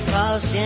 Cause